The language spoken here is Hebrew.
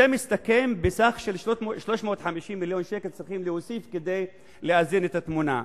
זה מסתכם בסך 350 מיליון שקל שצריך להוסיף כדי לאזן את התמונה.